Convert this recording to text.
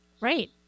Right